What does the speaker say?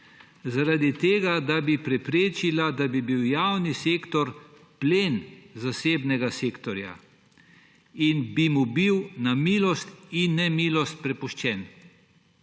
Zaradi tega, da bi preprečila, da bi bil javni sektor plen zasebnega sektorja in bi mu bil na milost in nemilost prepuščen.